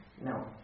no